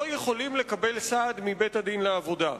לא יכולים לקבל סעד מבית-הדין לעבודה.